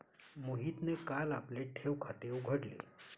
मोहितने काल आपले ठेव खाते उघडले